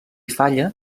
falla